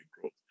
growth